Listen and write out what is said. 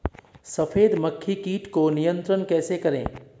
सफेद मक्खी कीट को नियंत्रण कैसे करें?